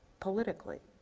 politically?